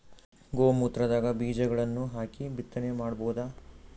ಗೋ ಮೂತ್ರದಾಗ ಬೀಜಗಳನ್ನು ಹಾಕಿ ಬಿತ್ತನೆ ಮಾಡಬೋದ?